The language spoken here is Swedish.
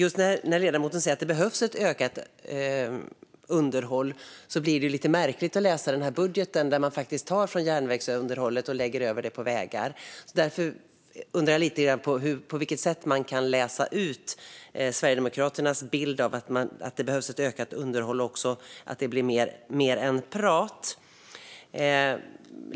Men när ledamoten säger att det behövs ett ökat underhåll blir det lite märkligt att läsa budget, för där tar man faktiskt från järnvägsunderhållet och lägger över det på vägar. Därför undrar jag lite på vilket sätt man kan läsa ut Sverigedemokraternas bild av att det behövs ett ökat underhåll, så att det blir mer än prat.